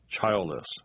childless